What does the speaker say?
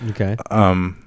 Okay